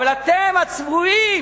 אבל אתם, הצבועים,